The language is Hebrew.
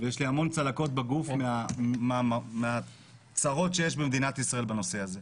יש לי המון צלקות בגוף מהצרות שיש במדינת ישראל בנושא הזה.